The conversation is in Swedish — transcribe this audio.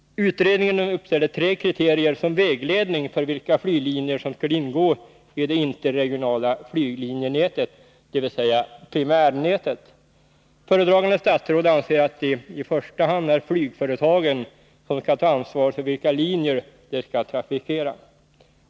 Utredningen uppställde tre kriterier som vägledning för vilka flyglinjer som skulle ingå i det interregionala flyglinjenätet, dvs. primärnätet. Föredragande statsrådet anser att det i första hand är flygföretagen som skall ta ansvaret för vilka linjer de skall trafikera.